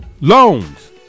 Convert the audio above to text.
Loans